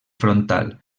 frontal